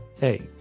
hey